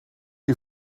you